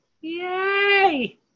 yay